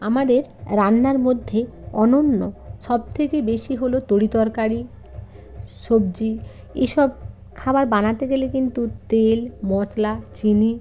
আমাদের রান্নার মধ্যে অনন্য সব থেকে বেশি হলো তরি তরকারি সবজি এসব খাবার বানাতে গেলে কিন্তু তেল মশলা চিনি